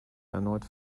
erneut